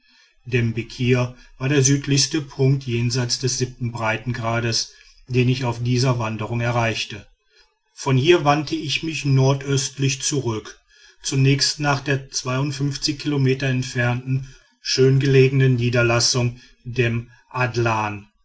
dem bekir war der südlichste punkt jenseits des breitengrades den ich auf dieser wanderung erreichte von hier wandte ich mich nordöstlich zurück zunächst nach der kilometer entfernten schöngelegenen niederlassung